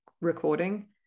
recording